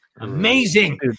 amazing